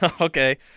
Okay